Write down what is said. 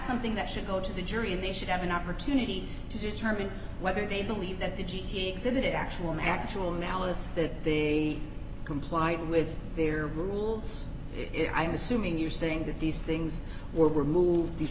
something that should go to the jury and they should have an opportunity to determine whether they believe that the g t a exhibit actual an actual nowise the be complied with their rules if i'm assuming you're saying that these things were removed these